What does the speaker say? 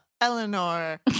Eleanor